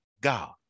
God